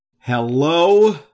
Hello